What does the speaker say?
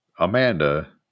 Amanda